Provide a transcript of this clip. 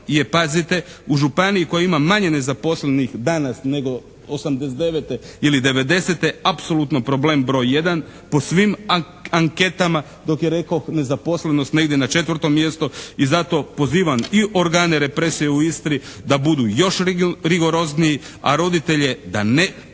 je pazite u županiji koja ima manje nezaposlenih danas nego '89. ili '90. apsolutno problem broj jedan po svim anketama. Dok je rekoh nezaposlenost negdje na 4. mjestu. I zato pozivam i organe represije u Istri da budu još rigorozniji, a roditelje da ne